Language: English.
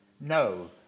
No